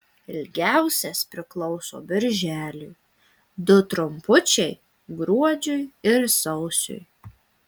ilgiausias priklauso birželiui du trumpučiai gruodžiui ir sausiui